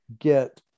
get